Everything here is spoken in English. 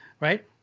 right